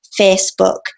facebook